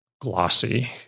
glossy